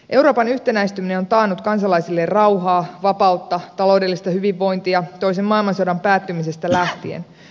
euroopan yhtenäistyminen on taannut kansalaisille rauhaa vapautta ja taloudellista hyvinvointia toisen maailmansodan päättymisestä lähtien